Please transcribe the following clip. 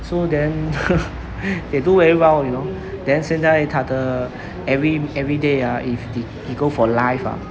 so then they do very well you know then 现在他的 every~ everyday ah if he he go for live ah